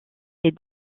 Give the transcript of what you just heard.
est